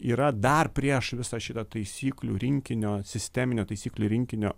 yra dar prieš visą šitą taisyklių rinkinio sisteminio taisyklių rinkinio